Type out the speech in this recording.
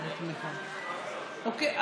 אוקיי.